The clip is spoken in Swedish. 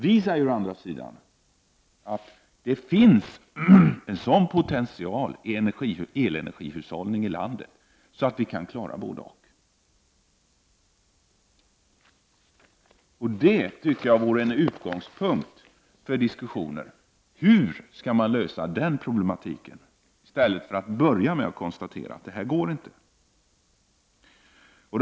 Vi säger å andra sidan att det finns en sådan potential när det gäller elenergihushållningen i landet att vi kan klara både — och. Det tycker jag borde vara en utgångspunkt för diskussionerna om hur man skall lösa denna problematik i stället för att börja med konstatera att detta inte är möjligt.